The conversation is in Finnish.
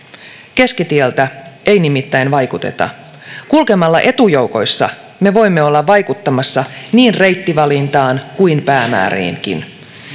keskitieltä ei nimittäin vaikuteta kulkemalla etujoukoissa me voimme olla vaikuttamassa niin reittivalintaan kuin päämääriinkin